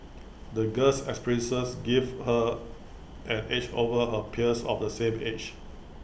the girl's experiences gave her an edge over her peers of the same age